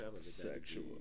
Sexual